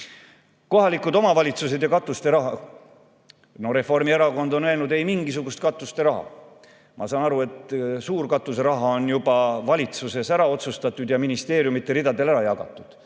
Kohalikud omavalitsused ja katuseraha. Reformierakond on öelnud: mitte mingisugust katuseraha. Ma saan aru, et suur katuseraha on juba valitsuses ära otsustatud ja ministeeriumide ridadele ära jagatud.